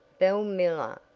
belle miller,